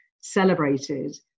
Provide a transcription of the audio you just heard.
celebrated